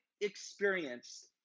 experienced